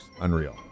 Unreal